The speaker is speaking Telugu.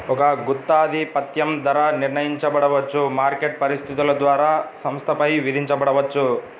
ఒక గుత్తాధిపత్యం ధర నిర్ణయించబడవచ్చు, మార్కెట్ పరిస్థితుల ద్వారా సంస్థపై విధించబడవచ్చు